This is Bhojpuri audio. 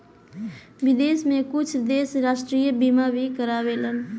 विदेश में कुछ देश राष्ट्रीय बीमा भी कारावेलन